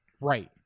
Right